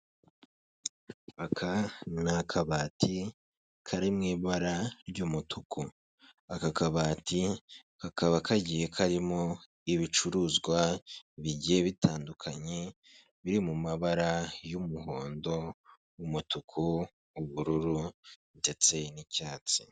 Aka ni akabati kari mu ibara ry'umutuku. Aka kabati kakaba kagiye karimo ibicuruzwa bigiye bitandukanye biri mu mabara y'umuhondo, umutuku, ubururu ndetse n'icyatsi.